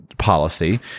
policy